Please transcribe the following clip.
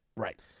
Right